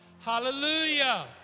Hallelujah